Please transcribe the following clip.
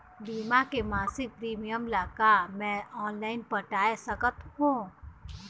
बीमा के मासिक प्रीमियम ला का मैं ऑनलाइन पटाए सकत हो?